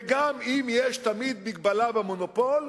וגם אם יש מגבלה במונופול,